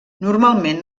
normalment